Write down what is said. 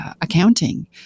accounting